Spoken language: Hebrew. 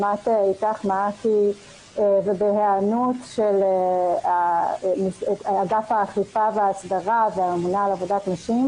שבאמת בהיענות של אגף האכיפה וההסדרה והממונה על עבודת נשים,